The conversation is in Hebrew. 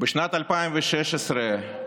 בשנת 2016,